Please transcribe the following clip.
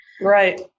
Right